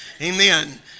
amen